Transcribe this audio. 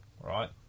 right